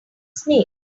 snake